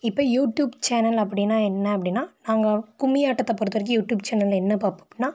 இப்போ YouTube channel அப்படின்னா என்ன அப்படின்னா நாங்கள் கும்மி ஆட்டத்தை பொறுத்த வரைக்கும் யூடியூப் சேனலில் என்ன பார்ப்போம்னா